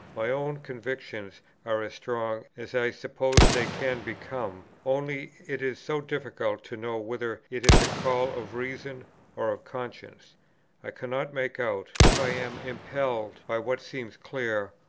my own convictions are as strong as i suppose they can become only it is so difficult to know whether it is a call of reason or of conscience i cannot make out, if i am impelled by what seems clear,